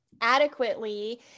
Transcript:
adequately